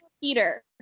Peter